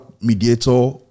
mediator